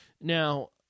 Now